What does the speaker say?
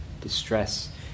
distress